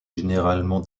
généralement